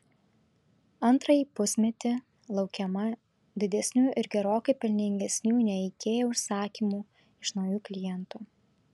antrąjį pusmetį laukiama didesnių ir gerokai pelningesnių nei ikea užsakymų iš naujų klientų